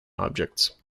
objects